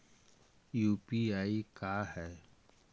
UPI का है?